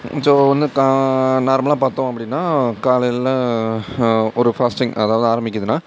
so வந்து கா நார்மலாக பார்த்தோம் அப்படின்னா காலையில் ஒரு ஃபாஸ்ட்டிங் அதுலேருந்து ஆரமிக்கிதுன்னால்